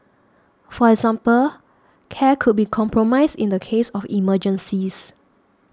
for example care could be compromised in the case of emergencies